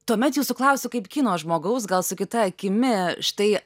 tuomet jūsų klausiu kaip kino žmogaus gal su kita akimi štai